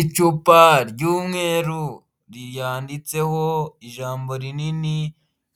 Icupa ry'umweru ryanditseho ijambo rinini,